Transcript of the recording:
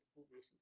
recently